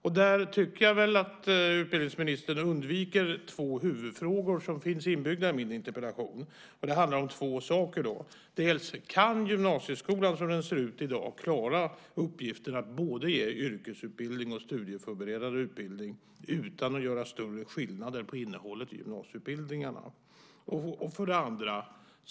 Jag tycker att utbildningsministern undviker två huvudfrågor som finns inbyggda i min interpellation. Kan gymnasieskolan, som den ser ut i dag, klara uppgiften att både ge yrkesutbildning och studieförberedande utbildning utan att göra större skillnader på innehållet i gymnasieutbildningarna?